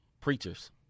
preachers